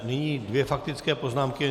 Nyní dvě faktické poznámky.